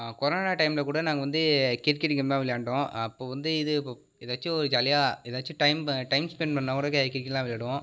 corona டைம்மில கூட நாங்கள் வந்து கிரிக்கெட் கேம் தான் விளையாண்டோம் அப்போ வந்து இது எதாச்சும் ஒரு ஜாலியாக எதாச்சும் டைம் ப டைம் ஸ்பெண்ட் பண்ணாக்கூட கிரிக்கெட் தான் விளையாடுவோம்